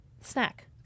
snack